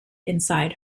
inside